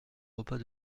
repas